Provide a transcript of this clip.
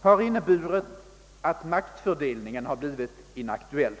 har inneburit att maktfördelningen blivit inaktuell.